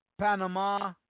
Panama